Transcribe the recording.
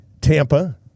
Tampa